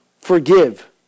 forgive